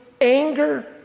anger